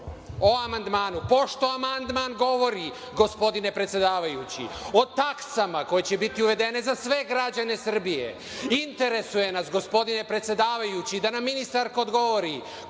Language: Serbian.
O amandmanu. Pošto amandman govori, gospodine predsedavajući, o taksama koje će biti uvedene za sve građane Srbije, interesuje nas, gospodine predsedavajući, da nam ministarka odgovori